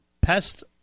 Pest